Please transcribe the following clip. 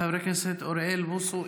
חבר הכנסת אוריאל בוסו,